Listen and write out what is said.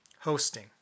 Hosting